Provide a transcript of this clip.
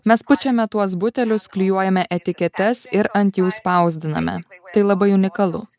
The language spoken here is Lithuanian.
mes pučiame tuos butelius klijuojame etiketes ir ant jų spausdiname tai labai unikalu